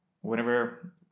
whenever